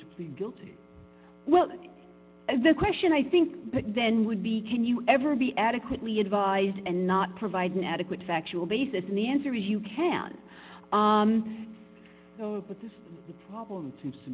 to plead guilty well the question i think then would be can you ever be adequately advised and not provide an adequate factual basis and the answer is you can cope with this the problem s